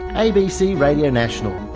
abc radio national,